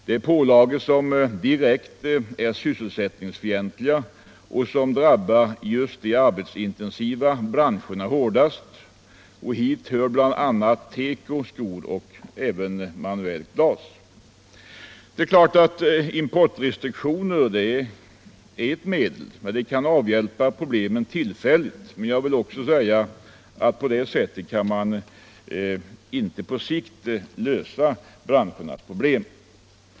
Det är pålagor som är direkt sysselsättningsfientliga och som drabbar just de arbetskraftsintensiva branscherna hårdast. Hit hör bl.a. teko, skor och även manuellt glas. Importrestriktioner är givetvis ert medel, som kan avhjälpa problemen tillfälligt. På det sättet kan man emellertid inte på sikt lösa branschernas problem.